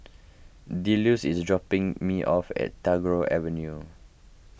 Delos is dropping me off at Tagore Avenue